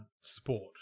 sport